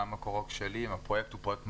אם הפרויקט הוא פרויקט מרשים,